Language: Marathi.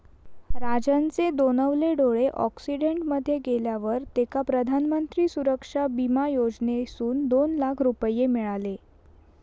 राजनचे दोनवले डोळे अॅक्सिडेंट मध्ये गेल्यावर तेका प्रधानमंत्री सुरक्षा बिमा योजनेसून दोन लाख रुपये मिळाले